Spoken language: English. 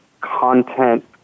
content